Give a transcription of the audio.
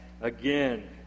again